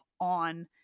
on